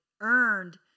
earned